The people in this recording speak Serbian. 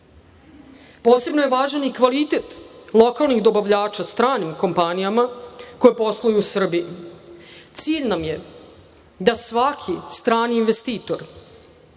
sveta. Posebno je važan i kvalitet lokalnih dobavljača stranim kompanijama koje posluju u Srbiji. Cilj nam je da svaki strani investitor